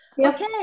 Okay